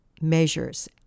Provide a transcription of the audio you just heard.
measures